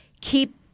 keep